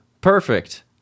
perfect